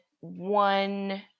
one